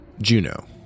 Juno